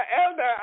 elder